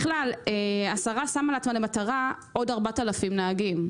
השרה שמה לעצמה למטרה שיהיו עוד 4,000 נהגים.